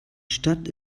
stadt